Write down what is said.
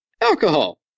Alcohol